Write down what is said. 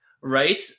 right